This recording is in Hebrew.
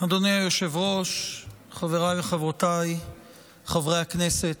אדוני היושב-ראש, חבריי וחברותיי חברי הכנסת,